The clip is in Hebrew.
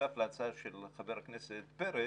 בנוסף להצעה של חבר הכנסת פרץ,